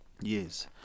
yes